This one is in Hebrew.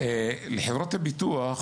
לחברות הביטוח